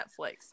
Netflix